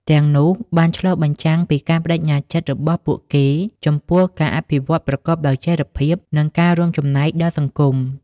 ទាំងនោះបានឆ្លុះបញ្ចាំងពីការប្តេជ្ញាចិត្តរបស់ពួកគេចំពោះការអភិវឌ្ឍប្រកបដោយចីរភាព និងការរួមចំណែកដល់សង្គម ។